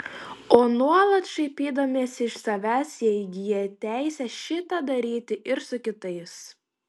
o nuolat šaipydamiesi iš savęs jie įgyja teisę šitą daryti ir su kitais